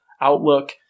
Outlook